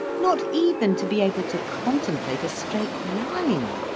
not even to be able to contemplate a straight line!